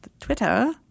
Twitter